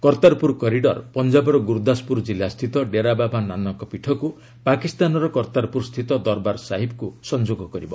Kartarpur corridor ପଞ୍ଜାବର ଗୁରୁଦାସପୁର କିଲ୍ଲା ସ୍ଥିତ ଡେରାବାବା ନାନକ ପୀଠକୁ ପାକିସ୍ତାନର କର୍ତ୍ତାରପୁର ସ୍ଥିତ ଦରବାର ସାହିବକୁ ସଂଯୋଗ କରିବ